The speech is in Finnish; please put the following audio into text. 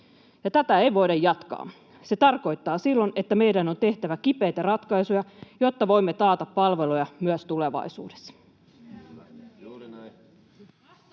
tätä ei voida jatkaa. Se tarkoittaa silloin, että meidän on tehtävä kipeitä ratkaisuja, jotta voimme taata palveluja myös tulevaisuudessa.